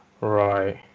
Right